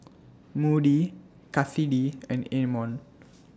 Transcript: Moody Kassidy and Amon